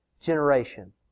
generation